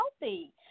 healthy